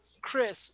Chris